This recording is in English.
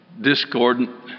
discordant